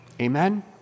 Amen